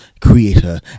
creator